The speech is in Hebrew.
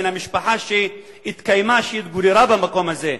בין המשפחה שהתגוררה במקום הזה,